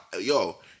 yo